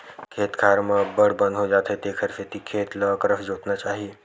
खेत खार म अब्बड़ बन हो जाथे तेखर सेती खेत ल अकरस जोतना चाही